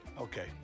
Okay